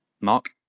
mark